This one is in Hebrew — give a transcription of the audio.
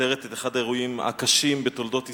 מתארת את אחד האירועים הקשים בתולדות ישראל,